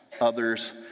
others